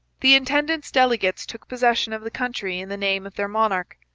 the intendant's delegates took possession of the country in the name of their monarch.